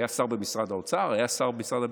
היה שר במשרד האוצר, היה שר במשרד הביטחון.